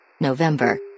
November